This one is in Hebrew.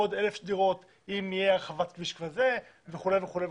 עוד 1,000 דירות אם תהיה הרחבת כביש כזה וכולי וכולי.